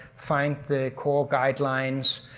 find the core guidelines.